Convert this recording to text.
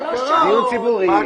דיון ציבורי ונצביע.